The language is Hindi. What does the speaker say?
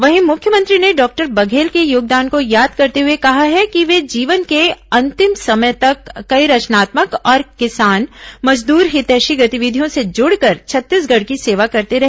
वहीं मुख्यमंत्री ने डॉक्टर बघेल के योगदान को याद करते हुए कहा है कि वे जीवन के अंतिम समय तक कई रचनात्मक और किसान मजदूर हितैषी गतिविधियों से जुड़कर छत्तीसगढ़ की सेवा करते रहे